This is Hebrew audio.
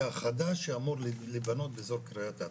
החדש שאמור להיבנות באזור קריית אתא,